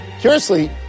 Curiously